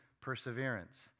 perseverance